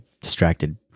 distracted